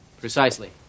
precisely